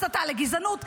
בהסתה לגזענות,